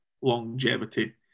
longevity